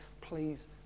please